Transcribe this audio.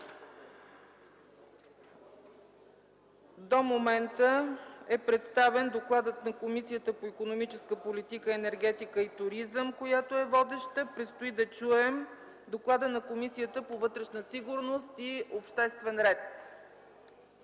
До момента е представен докладът на Комисията по икономическата политика, енергетика и туризъм, която е водеща, предстои да чуем доклада на Комисията по вътрешна сигурност и обществен ред.